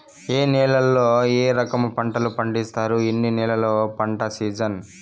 ఏ నేలల్లో ఏ రకము పంటలు పండిస్తారు, ఎన్ని నెలలు పంట సిజన్?